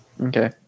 Okay